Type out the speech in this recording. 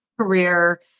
career